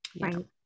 Right